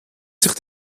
sich